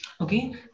Okay